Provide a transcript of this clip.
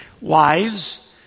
Wives